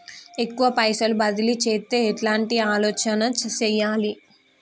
ఎక్కువ పైసలు బదిలీ చేత్తే ఎట్లాంటి ఆలోచన సేయాలి?